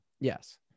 Yes